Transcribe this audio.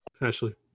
Ashley